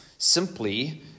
simply